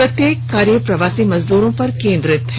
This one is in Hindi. प्रत्येक कार्य प्रवासी मजदूरों पर केंद्रित है